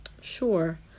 Sure